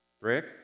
Rick